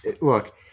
look